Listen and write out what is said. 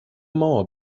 mauer